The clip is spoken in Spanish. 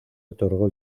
otorgó